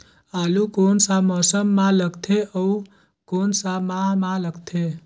आलू कोन सा मौसम मां लगथे अउ कोन सा माह मां लगथे?